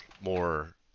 more